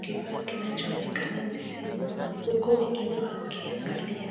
kifaa kinachoonekana ni simu, huku wengine wakiangalia.